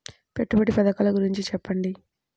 పెట్టుబడి పథకాల గురించి చెప్పండి?